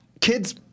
kids